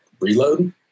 reload